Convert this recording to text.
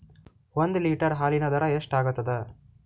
ಒಂದ್ ಲೀಟರ್ ಹಾಲಿನ ದರ ಎಷ್ಟ್ ಆಗತದ?